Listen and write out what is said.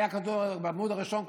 בעמוד הראשון,